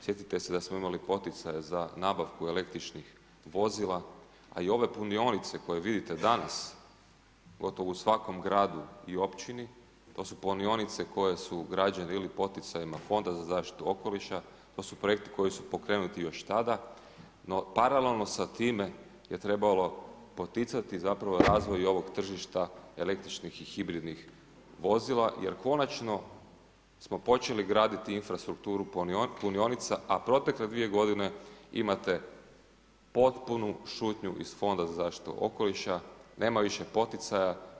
Sjetite se dasmo imali poticaje za nabavku električnih vozila a i ove punionice koje vidite danas gotovo u svakom gradu i općini, to su punionice koje su građene ili poticajima Fonda za zaštitu okoliša, to su projekti koji su pokrenuti još tada, no paralelno sa time je trebalo poticati razvoj ovog tržišta električnih i hibridnih vozila jer konačno smo počeli graditi infrastrukturu punionica a protekle dvije godine imate potpunu šutnju iz Fonda za zaštitu okoliša, nema više poticaja.